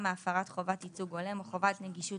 מהפרת חובת ייצוג הולם או חובת נגישות,